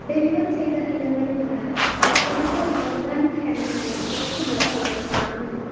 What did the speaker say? deliver ചെയ്ത ഇനങ്ങളിൽ നിന്ന് വെജിറ്റൽ ഓർഗാനിക് ഹെന്നാന്റെ കുറച്ച് ബോക്സുകൾ കാണുന്നില്ല